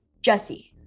Jesse